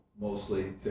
mostly